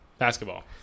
Basketball